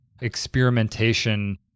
experimentation